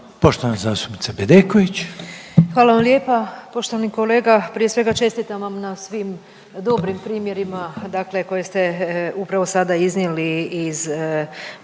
Vesna (HDZ)** Hvala vam lijepa. Poštovani kolega, prije svega čestitam vam na svim dobrim primjerima, dakle koje ste upravo sada iznijeli iz